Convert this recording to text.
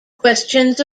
questions